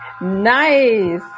Nice